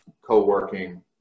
co-working